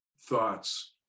thoughts